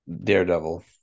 Daredevil